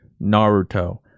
Naruto